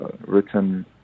written